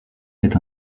est